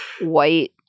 white